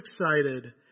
excited